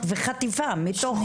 זה חטיפה מתוך מהאוניברסיטה.